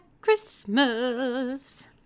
Christmas